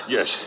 Yes